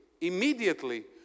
immediately